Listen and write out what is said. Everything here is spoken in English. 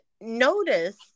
notice